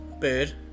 bird